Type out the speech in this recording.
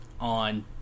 on